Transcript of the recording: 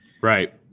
Right